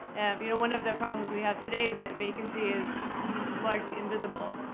you know, one of the problems we have today is that vacancy is largely invisible.